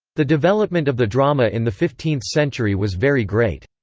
the development of the drama in the fifteenth century was very great.